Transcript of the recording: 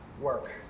work